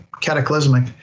cataclysmic